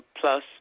plus